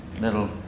little